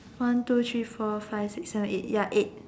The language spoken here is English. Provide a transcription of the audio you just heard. one two three four five six seven eight ya eight